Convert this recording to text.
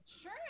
sure